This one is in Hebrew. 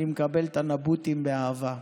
אני מקבל את הנבוטים באהבה.